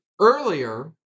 earlier